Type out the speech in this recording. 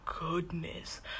goodness